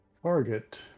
Target